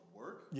work